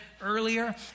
earlier